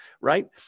right